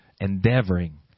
Endeavoring